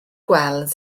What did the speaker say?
gweld